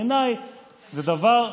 בעיניי זה דבר,